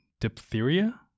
diphtheria